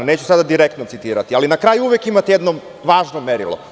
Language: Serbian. Neću sada direktno citirati, ali, na kraju, uvek imate jedno važno merilo.